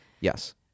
Yes